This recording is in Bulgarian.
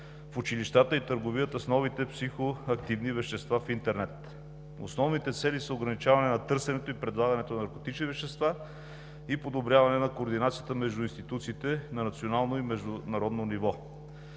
в училищата и търговията с новите психоактивни вещества в интернет. Основните цели са ограничаване на търсенето и предлагането на наркотични вещества и подобряване на координацията между институциите на национално и международно ниво.